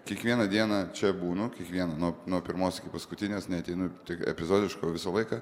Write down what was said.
kiekvieną dieną čia būnu kiekvieną nuo nuo pirmos iki paskutinės neateinu tik epizodiškai visą laiką